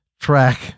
track